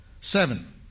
Seven